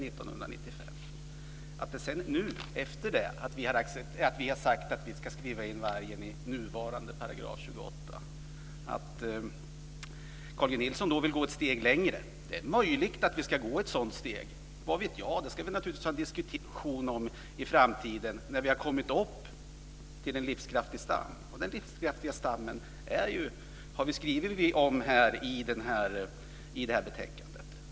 Vi har sagt att vi ska skriva in vargen i nuvarande 28 §, och Carl G Nilsson vill gå ett steg längre. Det är möjligt att vi ska göra det. Vad vet jag? Det ska vi naturligtvis diskutera i framtiden när vi har fått en livskraftig stam. Vi skriver om denna livskraftiga stam i betänkandet.